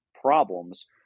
problems